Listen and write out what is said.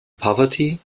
poverty